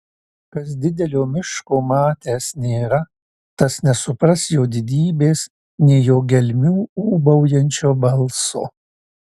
kas didelio miško matęs nėra tas nesupras jo didybės nei jo gelmių ūbaujančio balso